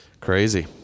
Crazy